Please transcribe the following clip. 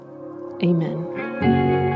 amen